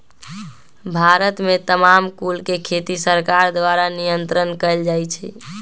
भारत में तमाकुल के खेती सरकार द्वारा नियन्त्रण कएल जाइ छइ